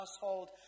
household